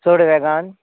चड वेगान